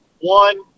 One